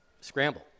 Scramble